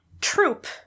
troop